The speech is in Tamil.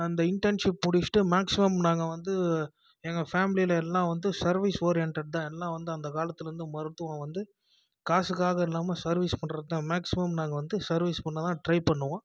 அந்த இன்டென்ஷிப் முடிச்சுட்டு மேக்ஸிமம் நாங்கள் வந்து எங்கள் ஃபேமலியில் எல்லாம் வந்து சர்வீஸ் ஓரியண்டட்தான் எல்லாம் வந்து அந்த காலத்தில் வந்து மருத்துவம் வந்து காசுக்காக இல்லாமல் சர்வீஸ் பண்ணுறதுக்குதான் மேக்ஸிமம் நாங்கள் வந்து சர்வீஸ் பண்ணதான் ட்ரை பண்ணுவோம்